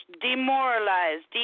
demoralized